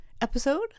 episode